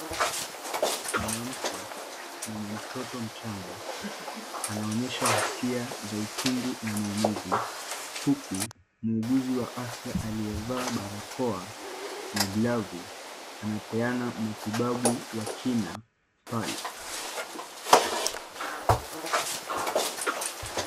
Mwanamke mwenye mtoto mchanga anaonyesha hisia za uchungu na maumivu , huku muuguzi wa afya aliyevaa barakoa na glavu anapatina matibabu ya kina pale .